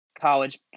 college